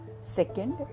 Second